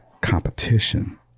competition